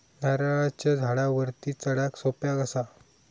नारळाच्या झाडावरती चडाक सोप्या कसा?